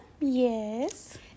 yes